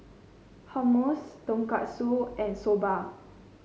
Hummus Tonkatsu and Soba